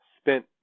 spent